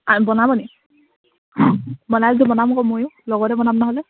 বনাব নি ময়ো লগতে বনাম নহ'লে